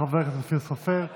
חברת הכנסת עידית סילמן,